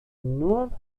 nur